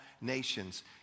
nations